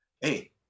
hey